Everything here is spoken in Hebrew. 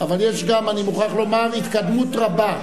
אבל אני מוכרח לומר שיש התקדמות רבה,